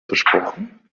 versprochen